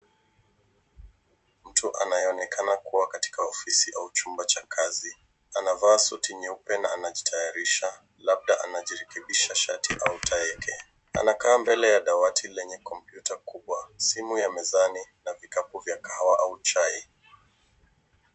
Mtu anayeonekana kuwa katika ofisi au chumba cha kazi, anavaa suti nyeupe na anajitayarisha labda anajirekebisha shati au tai yake. Anakaa mbele ya dawati lenye kompyuta kubwa, Simu ya mezani na vikapu vya kahawa au chai.